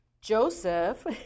Joseph